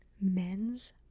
Men's